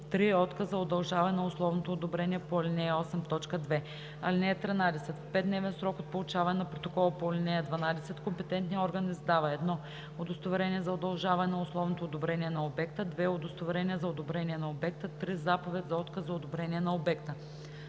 3. отказ за удължаване на условното одобрение по ал. 8, т. 2. (13) В 5-дневен срок от получаване на протокола по ал. 12, компетентният орган издава: 1. удостоверение за удължаване на условното одобрение на обекта; 2. удостоверение за одобрение на обекта; 3. заповед за отказ за одобрение на обекта.